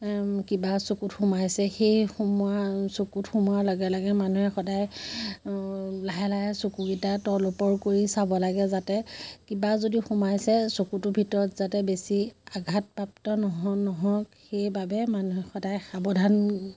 কিবা চকুত সোমাইছে সেই সোমোৱা চকুত সোমোৱাৰ লগে লগে মানুহে সদায় লাহে লাহে চকুকেইটা তল ওপৰ কৰি চাব লাগে যাতে কিবা যদি সোমাইছে চকুটোৰ ভিতৰত যাতে বেছি আঘাত প্ৰাপ্ত নহওক সেইবাবে মানুহে সদায় সাৱধান